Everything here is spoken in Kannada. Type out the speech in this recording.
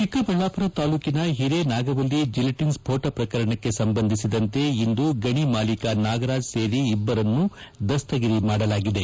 ಚಿಕ್ಕಬಳ್ಳಾಪುರ ತಾಲೂಕಿನ ಒರೇನಾಗವಲ್ಲಿ ಜಿಲಿಟನ್ ಸ್ಫೋಟ ಪ್ರಕರಣಕ್ಕೆ ಸಂಬಂಧಿಸಿದಂತೆ ಇಂದು ಗಣಿ ಮಾಲೀಕ ನಾಗರಾಜ್ ಸೇರಿ ಇಬ್ಬರನ್ನು ದಸ್ತಗಿರಿ ಮಾಡಲಾಗಿದೆ